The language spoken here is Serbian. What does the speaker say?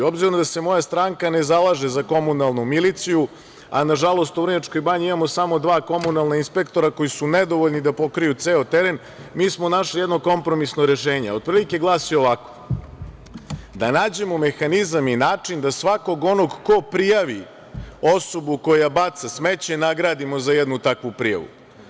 Obzirom da se moja stranka ne zalaže za komunalnu miliciju, a nažalost u Vrnjačkoj banji imamo samo dva komunalna inspektora koji su nedovoljni da pokriju ceo teren, mi smo našli jedno kompromisno rešenje, a otprilike glasi ovako – da nađemo mehanizam i način da svakog onog ko prijavi osobu koja baca smeće nagradimo za jednu takvu prijavu.